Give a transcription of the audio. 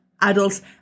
adults